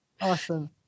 Awesome